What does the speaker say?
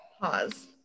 pause